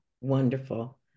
wonderful